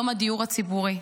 יום הדיור הציבורי.